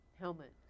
helmet